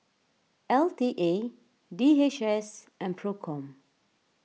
L T A D H S and Procom